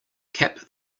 cap